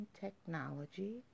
technology